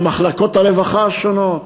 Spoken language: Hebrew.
על מחלקות הרווחה השונות,